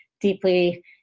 deeply